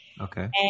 Okay